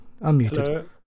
unmuted